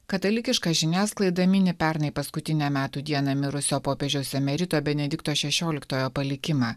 katalikiška žiniasklaida mini pernai paskutinę metų dieną mirusio popiežiaus emerito benedikto šešioliktojo palikimą